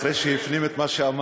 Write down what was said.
אחרי שהפנים את מה שאמרתי,